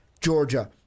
Georgia